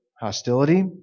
hostility